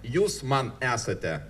jūs man esate